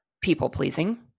people-pleasing